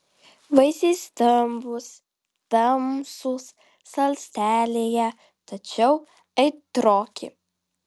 vaisiai stambūs tamsūs salstelėję tačiau aitroki